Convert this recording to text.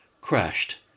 Crashed